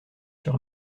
sur